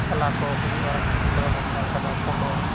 ᱠᱷᱮᱞᱟ ᱠᱚ ᱦᱩᱭᱩᱜᱼᱟ ᱴᱤᱵᱤ ᱠᱚᱨᱮᱵᱚᱱ ᱧᱮᱞ ᱠᱟᱫᱟ ᱯᱳᱞᱳ